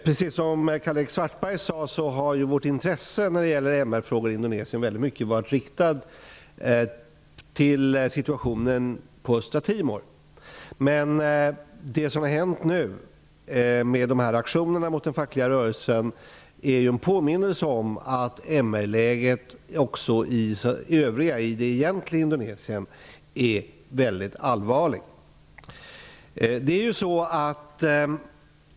Precis som Karl-Erik Svartberg sade, har vårt intresse när det gäller MR-frågor i Indonesien mest varit riktat mot situationen på Östra Timor, men det som nu har hänt, med aktionerna mot den fackliga rörelsen, är en påminnelse om att MR läget också i övriga Indonesien är mycket allvarligt.